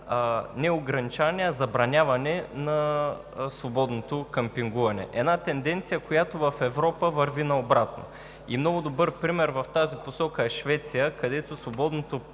не ограничаване, а забраняване на свободното къмпингуване – една тенденция, която в Европа върви на обратно. Много добър пример в тази посока е Швеция, където свободното